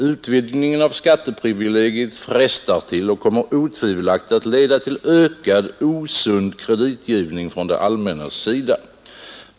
Utvidgningen av skatteprivilegiet frestar till och kommer otvivelaktigt att leda till ökad osund kreditgivning från det allmännas sida.